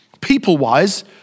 people-wise